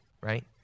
right